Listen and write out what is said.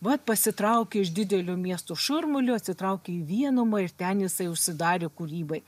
vat pasitraukė iš didelio miesto šurmulio atsitraukė į vienumą ir ten jisai užsidarė kūrybai